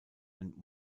and